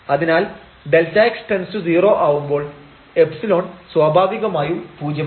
അതിനാൽ Δx→0 ആവുമ്പോൾ ϵ സ്വാഭാവികമായും പൂജ്യമാവും